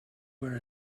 where